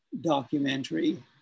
documentary